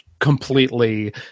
completely